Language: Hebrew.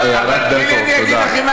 ענת ברקו, תודה.